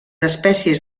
espècies